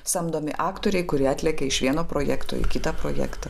samdomi aktoriai kurie atlekia iš vieno projekto į kitą projektą